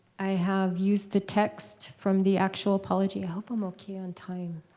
i have used the text from the actual apology. i hope i'm ok on time.